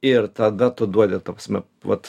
ir tada tu duodi ta prasme vat